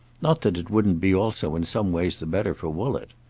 not that it wouldn't be also in some ways the better for woollett.